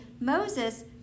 Moses